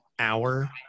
hour